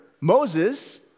Moses